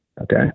Okay